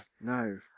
No